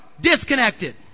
disconnected